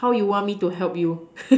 how you want me to help you